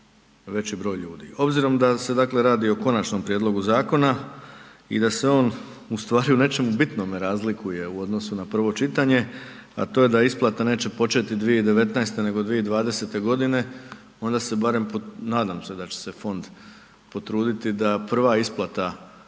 veći broj ljudi. Obzirom da se dakle radi o Konačnom prijedlogu zakona i da se on ustvari u nečemu bitnome razlikuje u odnosu na prvo čitanje, a to je da isplata neće početi 2019. nego 2020.g. onda se barem, nadam se da će se fond potruditi da prva isplata